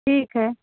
ठीक है